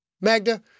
Magda